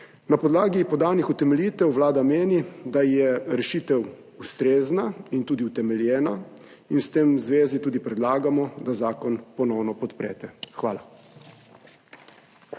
Na podlagi podanih utemeljitev Vlada meni, da je rešitev ustrezna in tudi utemeljena in s tem v zvezi tudi predlagamo, da zakon ponovno podprete. Hvala.